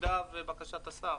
במידה ובקשת השר